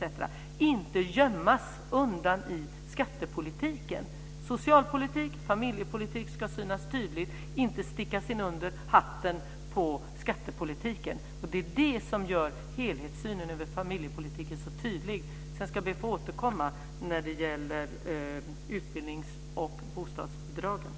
Den ska inte gömmas undan i skattepolitiken. Socialpolitik och familjepolitik ska synas tydligt, inte stickas under hatten på skattepolitiken. Det är det som gör helhetssynen över familjepolitiken så tydlig. Sedan ska jag be att få återkomma när det gäller utbildnings och bostadsbidragen.